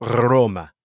Roma